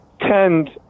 tend